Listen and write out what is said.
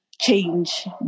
change